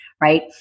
right